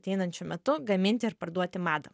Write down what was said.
ateinančiu metu gaminti ir parduoti madą